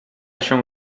się